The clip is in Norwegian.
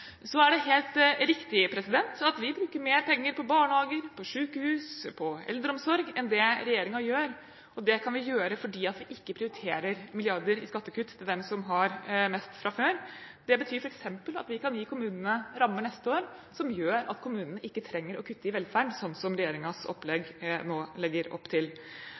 Så har vi det på plass. Det er helt riktig at vi bruker mer penger på barnehager, sykehus og eldreomsorg enn det regjeringen gjør. Det kan vi gjøre fordi vi ikke prioriterer milliarder i skattekutt for dem som har mest fra før. Det betyr f.eks. at vi kan gi kommunene rammer neste år som gjør at kommunene ikke trenger å kutte i velferd, slik regjeringen nå legger opp til.